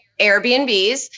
Airbnbs